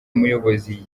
muyobozi